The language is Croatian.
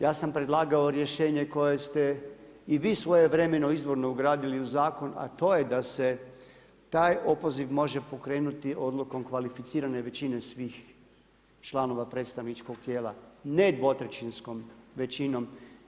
Ja sam predlagao rješenje koje ste i vi svojevremeno izvorno ugradili u zakon, a to je da se taj opoziv može pokrenuti odlukom kvalificirane većine svih članova predstavničkog tijela, ne dvotrećinskom većinom.